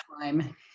time